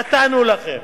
נתנו לכם,